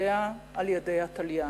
שנגדעה על-ידי התליין.